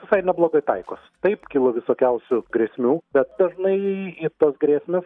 visai neblogai taikos taip kilo visokiausių grėsmių bet dažnai tos grėsmės